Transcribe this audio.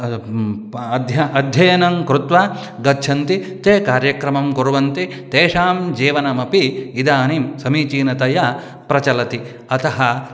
अध्य अध्ययनं कृत्वा गच्छन्ति ते कार्यक्रमं कुर्वन्ति तेषां जीवनमपि इदानीं समीचीनतया प्रचलति अतः